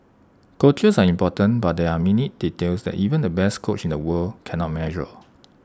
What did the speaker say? coaches are important but there are minute details that even the best coach in the world cannot measure